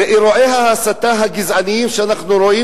ואירועי ההסתה הגזעניים שאנחנו רואים